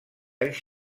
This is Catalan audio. anys